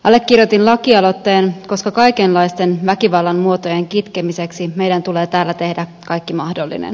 allekirjoitin lakialoitteen koska kaikenlaisten väkivallan muotojen kitkemiseksi meidän tulee täällä tehdä kaikki mahdollinen